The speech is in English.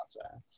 process